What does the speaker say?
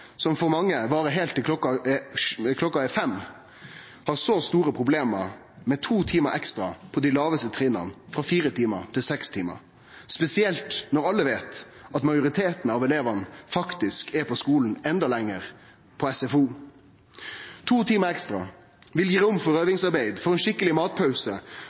som for mange varar heilt til klokka er fem, men har store problem med to timar ekstra på dei lågaste trinna, frå fire timar til seks timar – spesielt når alle veit at majoriteten av elevane faktisk er på skolen enda lenger, på SFO. To timar ekstra vil gi rom for øvingsarbeid, for ein skikkeleg matpause